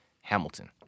Hamilton